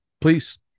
Please